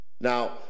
Now